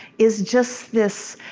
is just this,